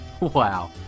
Wow